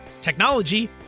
technology